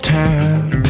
time